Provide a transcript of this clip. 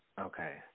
Okay